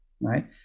right